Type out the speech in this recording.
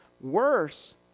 worse